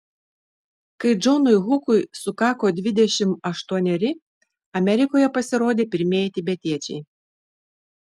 kai džonui hukui sukako dvidešimt aštuoneri amerikoje pasirodė pirmieji tibetiečiai